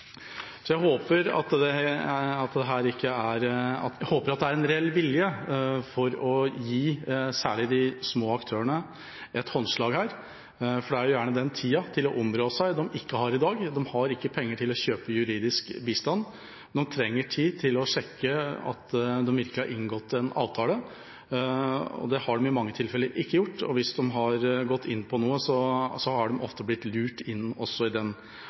for det er gjerne tid til å områ seg de ikke har i dag. De har ikke penger til å kjøpe juridisk bistand, de trenger tid til å sjekke at de virkelig har inngått en avtale, og det har de i mange tilfeller ikke gjort. Hvis de har gått inn på noe, har de ofte blitt lurt inn også i den